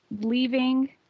leaving